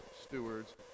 stewards